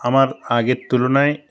আমার আগের তুলনায়